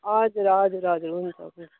हजुर हजुर हजुर हुन्छ हुन्छ